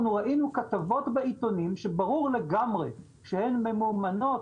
אנחנו ראינו כתבות בעיתונים שברור לגמרי שהן ממומנות